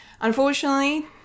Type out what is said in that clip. unfortunately